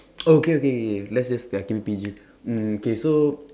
oh okay okay let's just ya keep it P_G mm K so